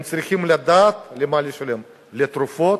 הם צריכים לדעת למה לשלם, לתרופות,